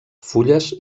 fulles